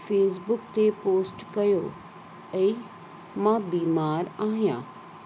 Facebook ते post कयो ऐं मां बीमारु आहियां